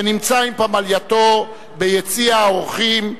שנמצא עם פמלייתו ביציע האורחים.